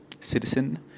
Citizen